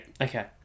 okay